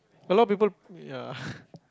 a lot of people ya